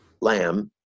lamb